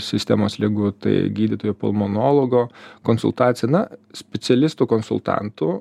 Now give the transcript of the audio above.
sistemos ligų tai gydytojo pulmonologo konsultacija na specialistų konsultantų